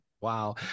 Wow